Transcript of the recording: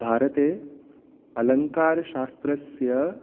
भारते अलङ्कारशास्त्रस्य